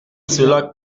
cela